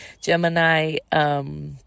Gemini